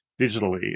digitally